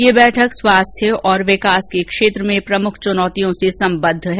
यह बैठक स्वास्थ्य और विकास के क्षेत्र में प्रमुख चुनौतियों से संबद्ध है